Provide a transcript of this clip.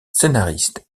scénariste